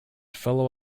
fellow